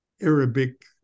Arabic